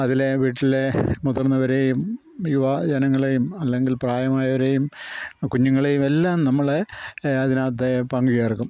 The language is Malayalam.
അതിലെ വീട്ടിലെ മുതിർന്നവരേയും യുവ ജനങ്ങളെയും അല്ലെങ്കിൽ പ്രായമായവരെയും കുഞ്ഞുങ്ങളെയും എല്ലാം നമ്മള് അതിനകത്ത് പങ്കു ചേർക്കും